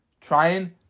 trying